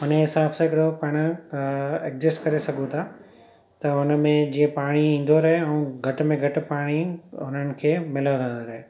हुन जे हिसाबु हिकड़ो पाण एडजस्ट करे सघूं था त हुनमें जीअं पाणी ईंदो रहे ऐं घटि में घटि पाणी उन्हनि खे मिलो रहे